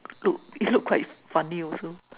do it looked quite funny also